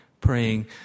praying